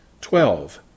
Twelve